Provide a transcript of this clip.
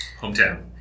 Hometown